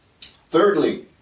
Thirdly